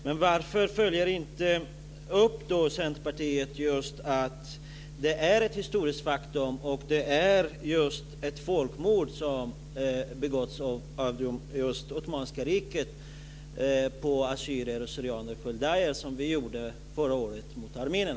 Men varför följer inte Centerpartiet upp att det är ett historiskt faktum att det är ett folkmord som begåtts av det ottomanska riket på assyrier/syrianer och kaldéer, som vi gjorde förra året mot Armenien?